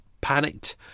panicked